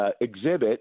exhibit